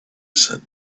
sat